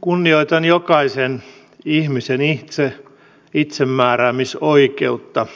kunnioitan jokaisen ihmisen itsemääräämisoikeutta